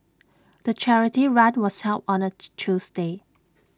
the charity run was held on A Tuesday